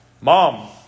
mom